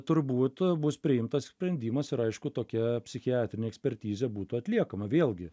turbūt bus priimtas sprendimas ir aišku tokia psichiatrinė ekspertizė būtų atliekama vėlgi